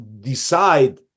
decide